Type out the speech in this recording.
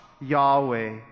Yahweh